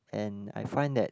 and I find that